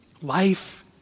Life